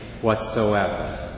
whatsoever